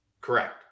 Correct